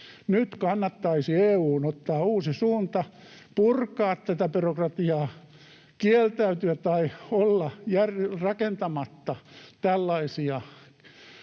Nyt kannattaisi EU:n ottaa uusi suunta: purkaa tätä byrokratiaa, kieltäytyä tai olla rakentamatta tällaisia